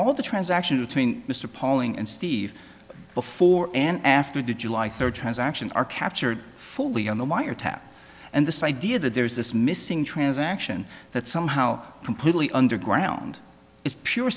of the transaction between mr pauling and steve before and after the july third transactions are captured fully on the wiretap and this idea that there is this missing transaction that somehow completely underground is pure